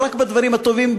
לא רק בדברים הטובים,